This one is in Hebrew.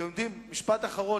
משפט אחרון.